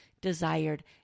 desired